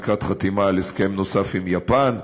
ולקראת חתימה על הסכם נוסף עם יפן,